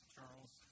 Charles